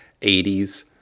80s